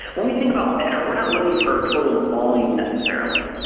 when we think about better, we are not looking for total volume necessarily.